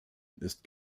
ist